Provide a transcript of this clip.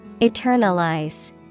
Eternalize